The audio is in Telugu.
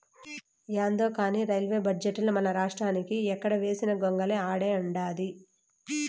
యాందో కానీ రైల్వే బడ్జెటుల మనరాష్ట్రానికి ఎక్కడ వేసిన గొంగలి ఆడే ఉండాది